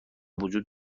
وجود